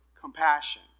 compassion